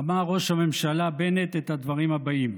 אמר ראש הממשלה בנט את הדברים הבאים: